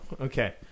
Okay